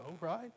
right